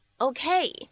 Okay